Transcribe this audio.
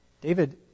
David